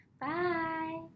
Bye